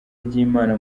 ry’imana